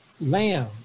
lamb